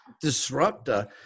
disruptor